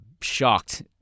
shocked